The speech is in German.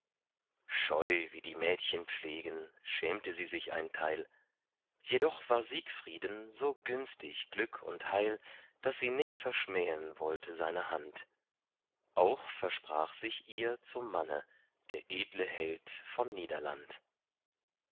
scheu wie mädchen pflegen schämte sie sich ein teil jedoch war siegfrieden so günstig glück und heil daß sie nicht verschmähen wollte seine hand auch versprach sich ihr zum manne der edle held von niederland